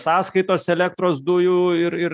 sąskaitos elektros dujų ir ir